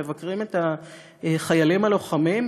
מבקרים את החיילים הלוחמים,